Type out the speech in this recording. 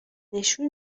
نشون